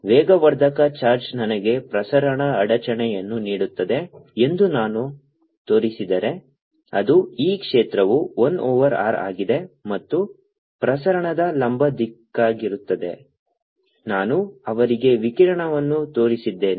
ವೇಗವರ್ಧಕ ಚಾರ್ಜ್ ನನಗೆ ಪ್ರಸರಣ ಅಡಚಣೆಯನ್ನು ನೀಡುತ್ತದೆ ಎಂದು ನಾನು ತೋರಿಸಿದರೆ ಅದು E ಕ್ಷೇತ್ರವು 1 ಓವರ್ r ಆಗಿದೆ ಮತ್ತು ಪ್ರಸರಣದ ಲಂಬ ದಿಕ್ಕಾಗಿರುತ್ತದೆ ನಾನು ಅವರಿಗೆ ವಿಕಿರಣವನ್ನು ತೋರಿಸಿದ್ದೇನೆ